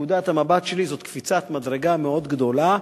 מנקודת המבט שלי זאת קפיצת מדרגה מאוד גדולה,